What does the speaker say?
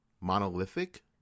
Monolithic